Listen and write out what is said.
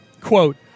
Quote